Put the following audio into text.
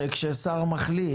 שכשר מחליט,